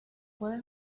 puedes